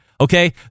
okay